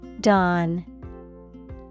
Dawn